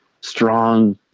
strong